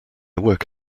work